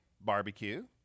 barbecue